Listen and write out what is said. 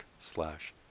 slash